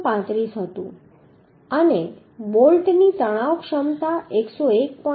35 હતું અને બોલ્ટની તણાવ ક્ષમતા 101